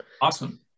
awesome